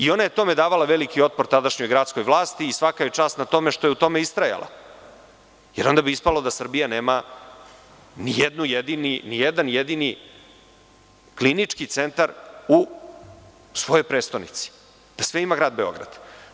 Ona je tome davala veliki otpor tadašnjoj gradskoj vlasti i svaka joj čast na tome, što je u tome istrajala, jer onda bi ispalo da Srbija nema ni jedan jedini klinički centar u svojoj prestonici, da sve ima Grad Beograd.